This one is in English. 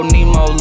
Nemo